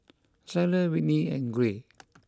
Zaire Whitney and Gray